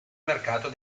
mercato